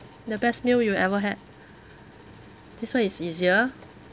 the best meal you ever had this one is easier